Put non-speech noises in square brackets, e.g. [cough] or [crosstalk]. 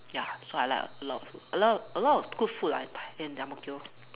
ya so I like a lot food a lot a lot of good food lah in [noise] in the ang-mo-kio